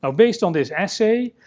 ah based on this assay,